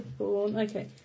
Okay